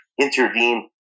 intervene